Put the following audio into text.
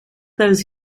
those